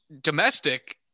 domestic